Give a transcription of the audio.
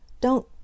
Don't